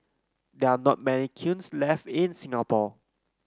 there are not many kilns left in Singapore